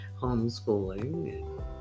homeschooling